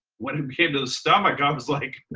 when it came to the stomach, i was like.